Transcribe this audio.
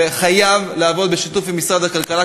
חייב לעבוד בשיתוף עם משרד הכלכלה,